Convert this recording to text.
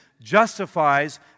justifies